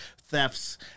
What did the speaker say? thefts